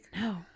No